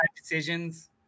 decisions